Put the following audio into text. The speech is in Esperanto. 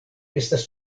estas